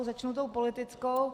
Začnu tou politickou.